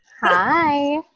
Hi